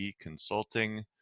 consulting